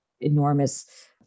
enormous